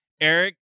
Eric